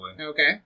Okay